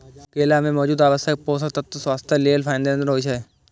केला मे मौजूद आवश्यक पोषक तत्व स्वास्थ्य लेल फायदेमंद होइ छै